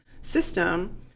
system